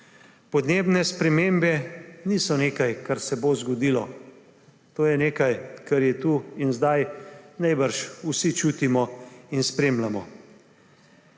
Podnebne spremembe niso nekaj, kar se bo zgodilo, to je nekaj, kar je tu in zdaj najbrž vsi čutimo in spremljamo.